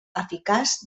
eficaç